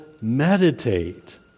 meditate